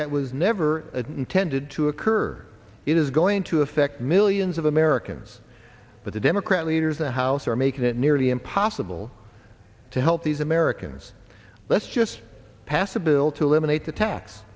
that was never intended to occur it is going to affect millions of americans but the democrat leaders and house are making it nearly impossible to help these americans let's just pass a bill to eliminate the tax